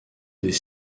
des